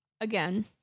again